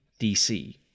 DC